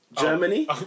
Germany